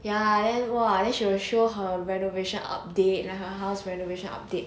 ya then !wah! then she will show her renovation update lah her house renovation update